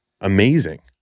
amazing